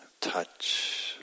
touch